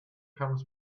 comes